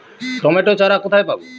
Tomato চারা কোথায় পাবো?